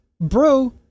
bro